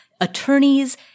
Attorneys